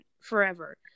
forever